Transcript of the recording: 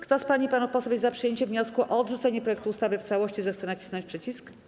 Kto z pań i panów posłów jest za przyjęciem wniosku o odrzucenie projektu ustawy w całości, zechce nacisnąć przycisk.